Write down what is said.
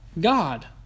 God